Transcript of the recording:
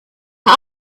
had